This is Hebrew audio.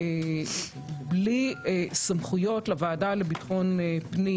בלי סמכויות לוועדת ביטחון הפנים,